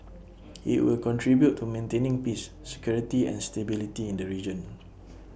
IT will contribute to maintaining peace security and stability in the region